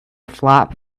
flop